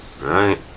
Right